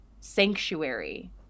sanctuary